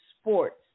sports